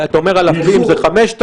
אתה אומר על אחרים זה 5,000?